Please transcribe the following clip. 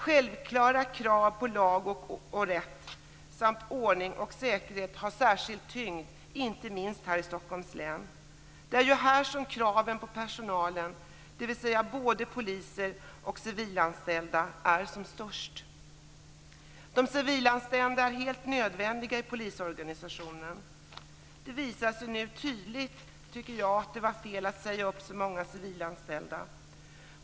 Självklara krav på lag och rätt samt ordning och säkerhet har särskild tyngd, inte minst i Stockholms län. Det är här som kraven på personalen, både polisen och civilanställda, är som störst. De civilanställda är helt nödvändiga i polisorganisationen. Det visar sig nu tydligt att det var fel att säga upp så många civilanställda.